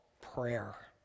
prayer